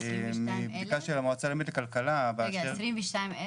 מבדיקה של המועצה הלאומית לכלכלה --- 22,000?